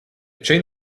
chain